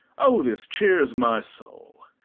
o, this cheers my soul!